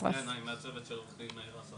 --- כן, אני מהצוות של עו"ד מאיר אסרף.